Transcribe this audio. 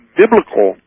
biblical